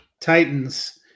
Titans –